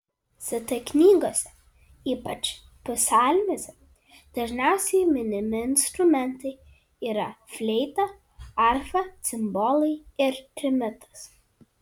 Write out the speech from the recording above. st knygose ypač psalmėse dažniausiai minimi instrumentai yra fleita arfa cimbolai ir trimitas